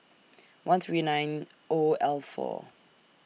one three nine O L four